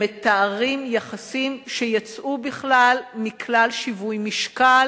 הם מתארים יחסים שיצאו בכלל מכלל שיווי-משקל